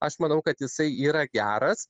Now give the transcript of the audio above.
aš manau kad jisai yra geras